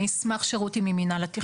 אני אשמח שרותי ממינהל התכנון תשלים.